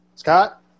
Scott